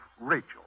Rachel